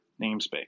namespace